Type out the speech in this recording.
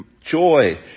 joy